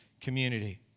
community